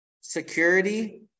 security